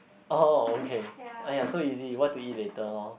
oh okay !aiya! so easy what to eat later lor